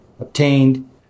obtained